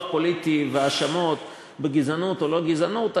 פוליטי והאשמות בגזענות או לא גזענות,